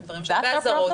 כן.